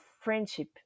friendship